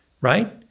right